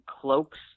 cloaks